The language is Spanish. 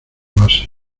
base